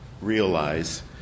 realize